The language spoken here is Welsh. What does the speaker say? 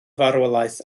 farwolaeth